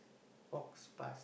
faux-pas